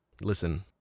Listen